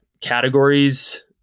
categories